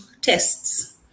tests